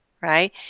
right